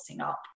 up